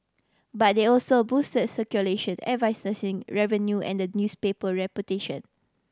but they also boosted circulation revenue and the newspaper reputation